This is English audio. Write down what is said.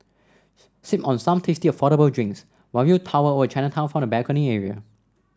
sip on some tasty affordable drinks while you tower over Chinatown from the balcony area